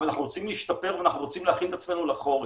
אבל אנחנו רוצים להשתפר ואנחנו רוצים להכין את עצמנו לחורף.